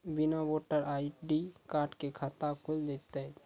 बिना voter ID card के खाता खुल जैते तो?